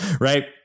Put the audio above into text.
right